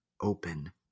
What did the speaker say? open